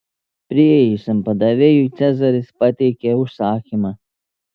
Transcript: priėjusiam padavėjui cezaris pateikė užsakymą